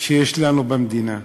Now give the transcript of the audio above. שיש לנו במדינה.